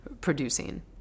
producing